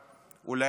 אולי לא מושלמת,